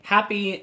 Happy